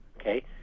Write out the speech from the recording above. okay